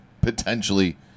potentially